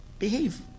behave